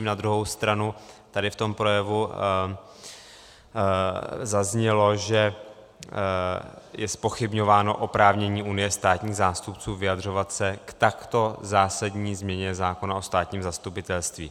Na druhou stranu tady v tom projevu zaznělo, že je zpochybňováno oprávnění Unie státních zástupců vyjadřovat se k takto zásadní změně zákona o státním zastupitelství.